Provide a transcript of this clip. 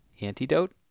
Antidote